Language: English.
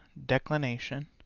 declination,